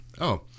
oh-